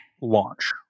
launch